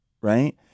right